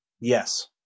Yes